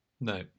No